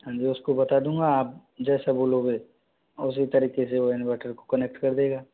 अन्वेष को बता दूंगा आप जैसा बोलोगे वैसे तरीके से इनवर्टर को कनेक्ट कर देगा